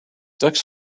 ducks